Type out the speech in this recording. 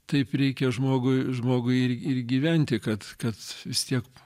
taip reikia žmogui žmogui ir ir gyventi kad kad vis tiek